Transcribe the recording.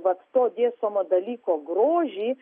vat dėstomo dalyko grožį